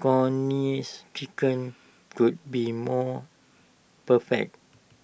Connie's chicken could be more perfect